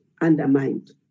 undermined